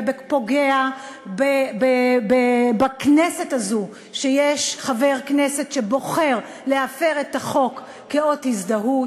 ופוגע בכנסת הזאת שיש בה חבר כנסת שבוחר להפר את החוק כאות הזדהות,